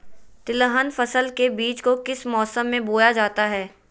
तिलहन फसल के बीज को किस मौसम में बोया जाता है?